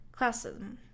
Classism